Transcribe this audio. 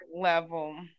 level